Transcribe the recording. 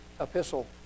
epistle